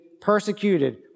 persecuted